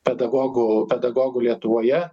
pedagogų pedagogų lietuvoje